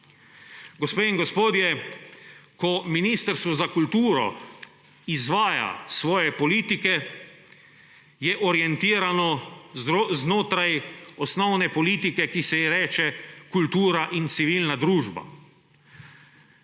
Gospe in gospodje! Ko Ministrstvo za kulturo izvaja svoje politike, je orientirano znotraj osnovne politike, ki se ji reče kultura in civilna družba.